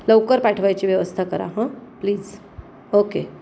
लवकर पाठवायची व्यवस्था करा हां प्लीज ओके